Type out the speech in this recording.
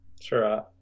Sure